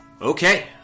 Okay